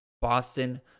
Boston